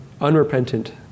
unrepentant